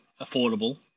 affordable